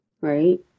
Right